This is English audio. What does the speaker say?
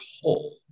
whole